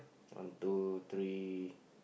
one two three